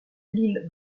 lille